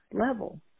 level